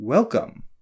Welcome